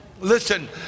Listen